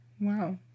Wow